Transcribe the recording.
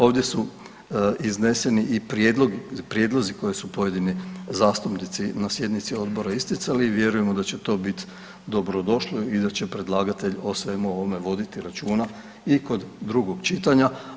Ovdje su izneseni i prijedlozi koje su pojedini zastupnici na sjednici odbora isticali i vjerujemo da će to bit dobrodošlo i da će predlagatelj o svemu ovome voditi računa i kod drugog čitanja.